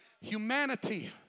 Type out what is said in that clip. Humanity